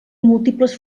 múltiples